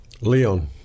Leon